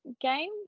game